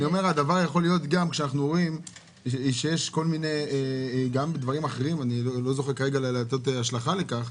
אנחנו רואים שיש גם בדברים אחרים אני לא זוכר כרגע לתת השלכה לכך.